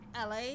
la